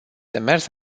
demers